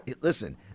listen